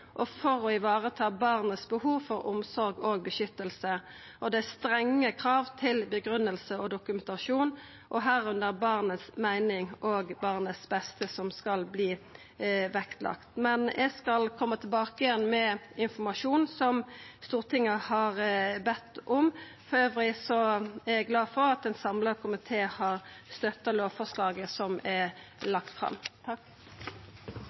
og for å vareta behovet barnet har for omsorg og beskyttelse, og det er strenge krav til grunngiving og dokumentasjon, inkludert meiningane barnet har og barnet sitt beste, som skal vektleggjast. Eg skal koma tilbake igjen med informasjon som Stortinget har bedt om. Elles er eg glad for at ein samla komité har støtta lovforslaget som er